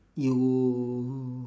you